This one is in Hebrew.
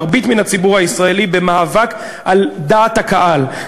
מרבית הציבור הישראלי במאבק על דעת הקהל.